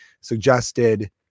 suggested